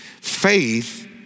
faith